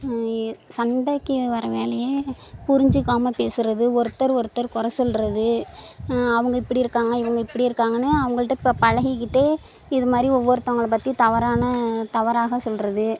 சண்டைக்கு வர்ற வேலையே புரிஞ்சுக்காம பேசுகிறது ஒருத்தர் ஒருத்தர் குறை சொல்கிறது அவங்க இப்படி இருக்காங்க இவங்க இப்படி இருக்காங்கனு அவங்கள்ட்ட இப்போ பழகிக்கிட்டே இதுமாதிரி ஒவ்வொருத்தவங்களை பற்றி தவறான தவறாக சொல்கிறது